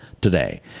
today